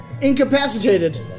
incapacitated